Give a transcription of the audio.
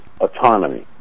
autonomy